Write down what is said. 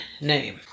name